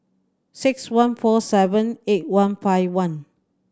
six one four seven eight one five one